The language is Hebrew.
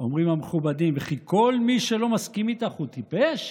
אומרים המכובדים: וכי כל מי שלא מסכים איתך הוא טיפש?